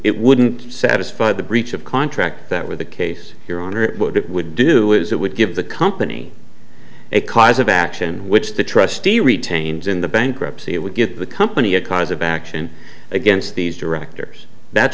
it wouldn't satisfy the breach of contract that was the case here on what it would do is it would give the company a cause of action which the trustee retains in the bankruptcy it would give the company a cause of action against these directors that's